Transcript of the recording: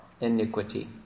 iniquity